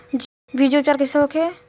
बीजो उपचार कईसे होखे?